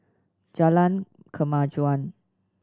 Jalan Kemajuan